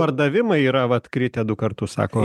pardavimai yra vat kritę du kartus sako